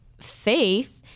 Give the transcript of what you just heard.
faith